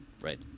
Right